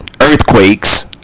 earthquakes